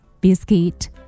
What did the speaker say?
biscuit